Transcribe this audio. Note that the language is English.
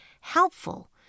helpful